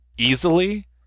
easily